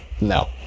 No